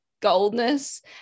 goldness